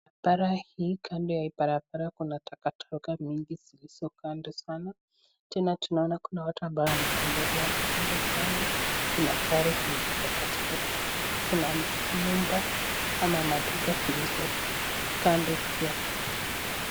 Bara hii kando ya hii barabara kuna takataka mingi zilizo kando sana, tena tunaona kuna watu ambao wanatembelea kando kando, kuna gari zimo katikati, kuna nyumba ama maduka zilizo kando pia.